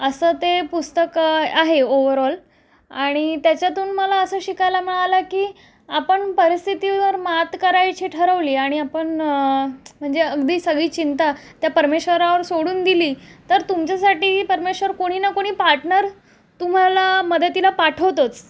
असं ते पुस्तक आहे ओवरऑल आणि त्याच्यातून मला असं शिकायला मिळालं की आपण परिस्थितीवर मात करायची ठरवली आणि आपण म्हणजे अगदी सगळी चिंता त्या परमेश्वरावर सोडून दिली तर तुमच्यासाठीही परमेश्वर कोणी ना कोणी पार्टनर तुम्हाला मदतीला पाठवतोच